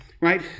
right